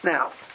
Now